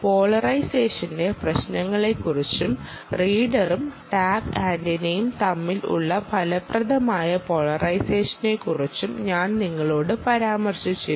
പോളറൈസേഷന്റെ പ്രശ്നങ്ങളെക്കുറിച്ചും റീഡറും ടാഗ് ആന്റിനയും തമ്മിലുള്ള ഫലപ്രദമായ പോളറൈസേഷനെ കുറിച്ചും ഞാൻ നിങ്ങളോട് പരാമർശിച്ചിരുന്നു